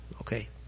Okay